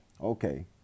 okay